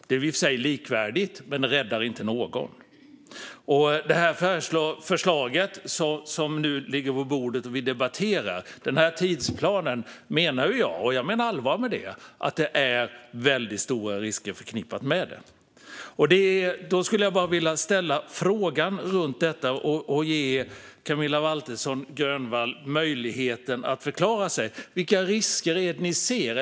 Det blir i och för sig likvärdigt, men det räddar inte någon. Jag menar allvar med att det är väldigt stora risker förknippade med tidsplanen i det förslag som nu ligger på bordet och som vi debatterar. Jag skulle vilja ställa en fråga om detta och ge Camilla Waltersson Grönvall möjligheten att förklara sig. Vilka risker är det ni ser?